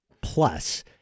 plus